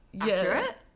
accurate